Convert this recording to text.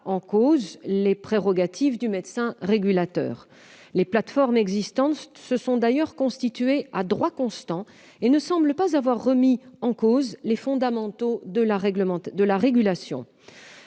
en cause les prérogatives du médecin régulateur. Les plateformes existantes se sont d'ailleurs constituées à droit constant et ne semblent pas avoir remis en cause les fondamentaux de la régulation.